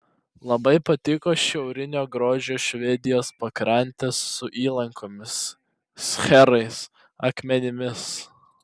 labai patiko šiaurinio grožio švedijos pakrantės su įlankomis šcherais akmenimis